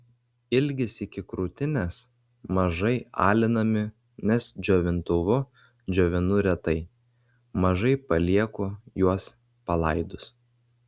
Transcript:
ilgis iki krūtinės mažai alinami nes džiovintuvu džiovinu retai mažai palieku juos palaidus